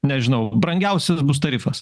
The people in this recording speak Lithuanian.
nežinau brangiausias bus tarifas